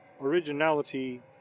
ORIGINALITY